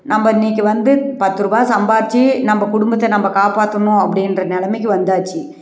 நம்ப இன்றைக்கி வந்து பத்துரூபா சம்பாதிச்சு நம்ப குடும்பத்தை நம்ப காப்பாற்றணும் அப்படின்ற நிலமைக்கி வந்தாச்சு